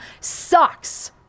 sucks